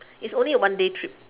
it's only a one day trip